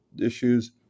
issues